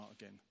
again